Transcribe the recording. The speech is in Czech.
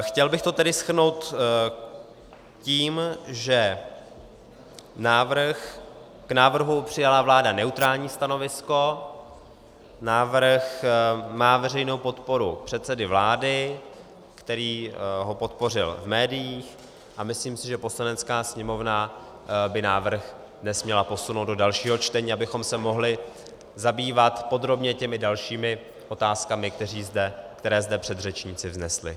Chtěl bych to tedy shrnout tím, že k návrhu přijala vláda neutrální stanovisko, návrh má veřejnou podporu předsedy vlády, který ho podpořil v médiích, a myslím si, že Poslanecká sněmovna by návrh měla dnes posunout do dalšího čtení, abychom se mohli podrobně zabývat těmi dalšími otázkami, které zde předřečníci vznesli.